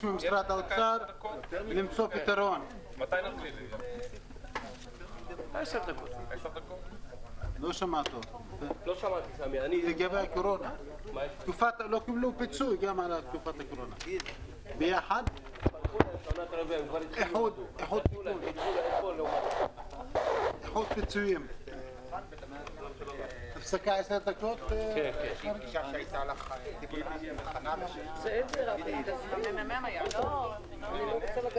ננעלה בשעה 11:27.